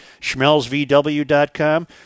SchmelzVW.com